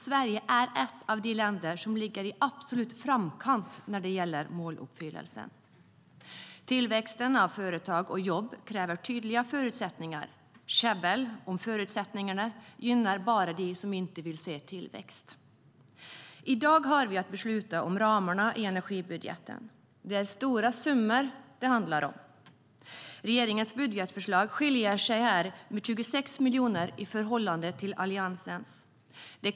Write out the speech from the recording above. Sverige är ett av de länder som ligger i absolut framkant när det gäller måluppfyllelse.I dag har vi att besluta om ramarna i energibudgeten. Det handlar om stora summor. Regeringens budgetförslag skiljer sig här med 26 miljoner i förhållande till Alliansens budget.